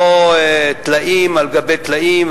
לא טלאים על גבי טלאים.